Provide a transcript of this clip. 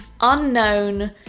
unknown